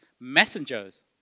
messengers